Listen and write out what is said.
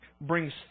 brings